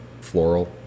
floral